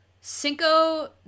Cinco